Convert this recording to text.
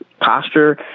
posture